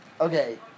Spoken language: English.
okay